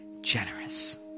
generous